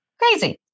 Crazy